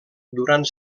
durant